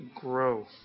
grow